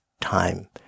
time